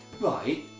Right